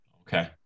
Okay